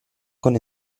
con